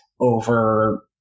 over